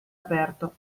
aperto